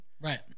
Right